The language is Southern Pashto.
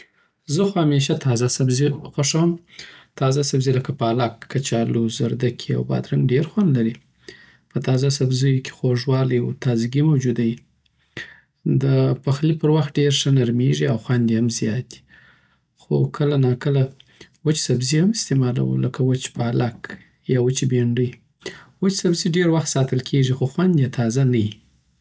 زه خو همیشه تازه سبزی خوښوم. تازه سبزی لکه پالک، کچالو، رزدکی او بادرنګ ډېر خوند لري. په تازه سبزیو کې خوږوالی او تازګي موجوده وي. د پخلي پر وخت ډېر ښه نرمېږي او خوند یی هم زیات وي. خو کله ناکله وچ سبزی هم استعمالوو، لکه وچه پالک او یا وچی بینډی وچ سبزی ډېر وخت ساتل کېږي، خو خوند یې تازه نه یی